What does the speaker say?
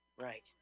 Right